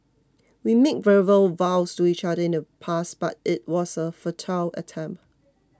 we made verbal vows to each other in the past but it was a futile attempt